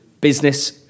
business